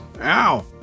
ow